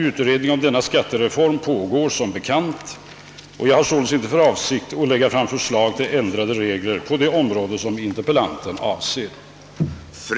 Utredning om denna skatteform pågår som bekant. Jag har således inte för avsikt att lägga fram förslag till ändrade regler på det område, som interpellationen avser.